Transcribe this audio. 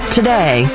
today